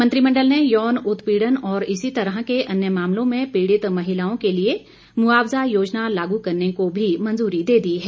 मंत्रिमंडल ने यौन उत्पीड़न और इसी तरह के अन्य मामलों में पीड़ित महिलाओं के लिए मुआवजा योजना लागू करने को भी मंजूरी दे दी है